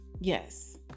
Yes